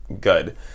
Good